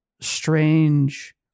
strange